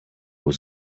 was